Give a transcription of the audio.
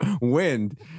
wind